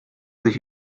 sich